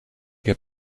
heb